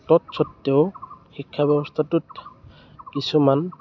তৎসত্বেও শিক্ষা ব্যৱস্থাটোত কিছুমান